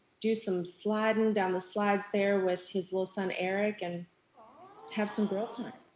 do some sliding down the slides there with his little son eric and have some girl time.